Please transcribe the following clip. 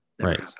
Right